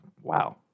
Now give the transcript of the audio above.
wow